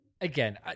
again